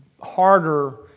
harder